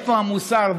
איפה המוסר,